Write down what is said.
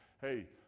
Hey